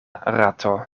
rato